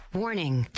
Warning